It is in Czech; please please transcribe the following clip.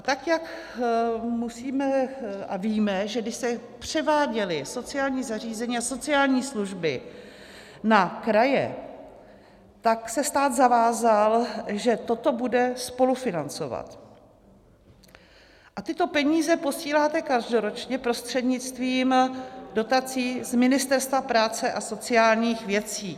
Tak jak víme, když se převáděla sociální zařízení a sociální služby na kraje, tak se stát zavázal, že toto bude spolufinancovat, a tyto peníze posíláte každoročně prostřednictvím dotací z Ministerstva práce a sociálních věcí.